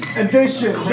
edition